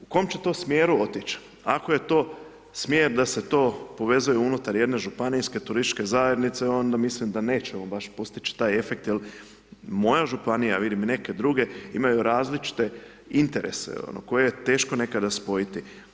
U kom će to smjeru otići ako je to smjer da se to povezuje unutar jedne županijske turističke zajednice, onda mislim da nećemo baš postići taj efekt jel moja županija, vidim i neke druge, imaju različite interese, koje teško nekada spojiti.